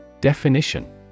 Definition